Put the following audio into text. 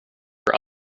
for